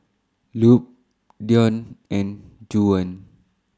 Lupe Deon and Juwan